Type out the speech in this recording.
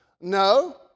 no